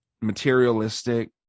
materialistic